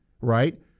right